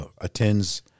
attends